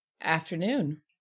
Afternoon